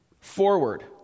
forward